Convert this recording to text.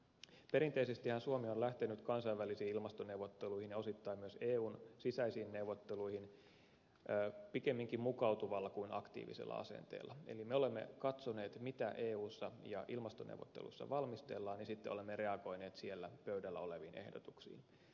perinteisestihän suomi on lähtenyt kansainvälisiin ilmastoneuvotteluihin ja osittain myös eun sisäisiin neuvotteluihin pikemminkin mukautuvalla kuin aktiivisella asenteella eli me olemme katsoneet mitä eussa ja ilmastoneuvotteluissa valmistellaan ja sitten olemme reagoineet siellä pöydällä oleviin ehdotuksiin